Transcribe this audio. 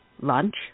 lunch